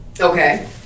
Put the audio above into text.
Okay